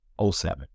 07